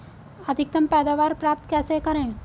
अधिकतम पैदावार प्राप्त कैसे करें?